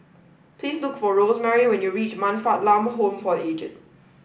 please look for Rosemarie when you reach Man Fatt Lam Home for Aged